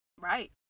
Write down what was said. right